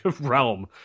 realm